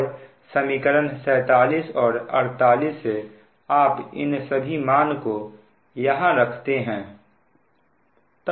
और समीकरण 47 और 48 से आप इन सभी मान को यहां रखते हैं